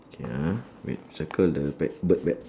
okay ah wait circle the black bird black